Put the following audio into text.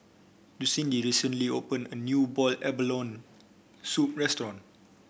Lucindy recently open a new Boiled Abalone Soup restaurant